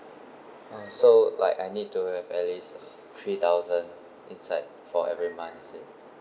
ah so like I need to have at least three thousand inside for every month is it